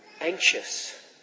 anxious